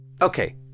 Okay